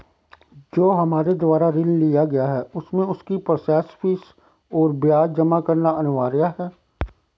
जो हमारे द्वारा ऋण लिया गया है उसमें उसकी प्रोसेस फीस और ब्याज जमा करना अनिवार्य है?